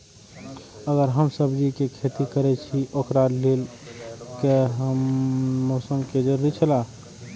अगर हम सब्जीके खेती करे छि ओकरा लेल के हन मौसम के जरुरी छला?